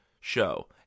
show